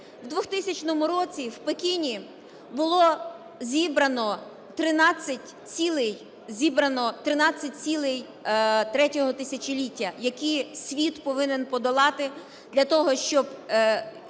В 2000 році в Пекіні було зібрано 13 цілей ІІІ тисячоліття, які світ повинен подолати для того, щоб